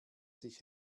sich